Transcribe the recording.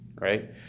Right